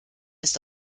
ist